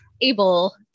able